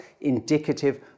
indicative